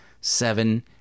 seven